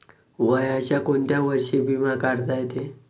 वयाच्या कोंत्या वर्षी बिमा काढता येते?